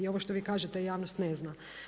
I ono što vi kažete, javnost ne zna.